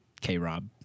K-Rob